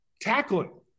Tackling